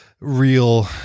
real